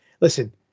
listen